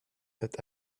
that